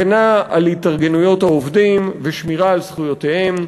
הגנה על התארגנויות עובדים ושמירה על זכויותיהם,